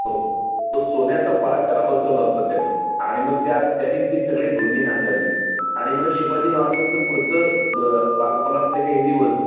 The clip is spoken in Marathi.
हो तो सोन्याचा फाळ त्याला बसवला होता त्यांनी आणि मग त्या त्यांनी ती सगळी भूमी नांगरली आणि मग शिवाजी महाराजांचं पुढचं ब बालपणातले काही दिवस